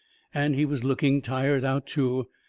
and he was looking tired out, too.